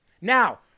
now